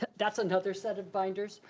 that's another set of binders,